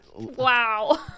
Wow